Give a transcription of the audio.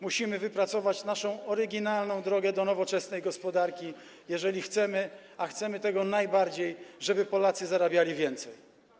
Musimy wypracować naszą oryginalną drogę do nowoczesnej gospodarki, jeżeli chcemy - a chcemy tego najbardziej - żeby Polacy zarabiali więcej.